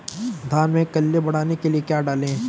धान में कल्ले बढ़ाने के लिए क्या डालें?